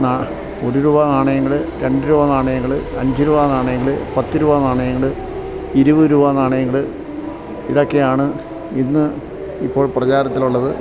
ഒരു രൂപ നാണയങ്ങള് രണ്ടു രൂപ നാണയങ്ങള് അഞ്ചു രൂപ നാണയങ്ങള് പത്തു രൂപ നാണയങ്ങള് ഇരുപത് രൂപ നാണയങ്ങള് ഇതൊക്കെയാണ് ഇന്ന് ഇപ്പോൾ പ്രചാരത്തിലുള്ളത്